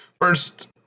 First